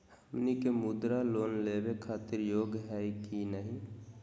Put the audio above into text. हमनी के मुद्रा लोन लेवे खातीर योग्य हई की नही?